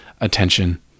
attention